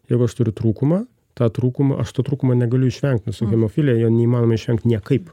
jeigu aš turiu trūkumą tą trūkumą aš to trūkumo negaliu išvengt nes su hemofilija jo neįmanoma išvengt niekaip